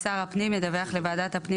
158נט 1. שר הפנים ידווח לוועדת הפנים